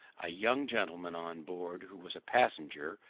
a young gentleman on board, who was a passenger,